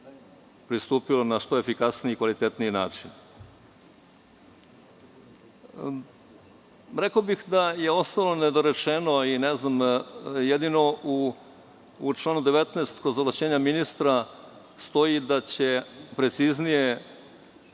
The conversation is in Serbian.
pristupilo na što efikasniji i kvalitetniji način. Rekao bih da je ostalo nedorečeno, jedino u članu 19. kod ovlašćenja ministra stoji da će preciznije